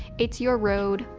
it's your road,